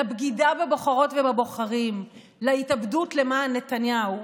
לבגידה בבוחרות ובבוחרים, להתאבדות למען נתניהו,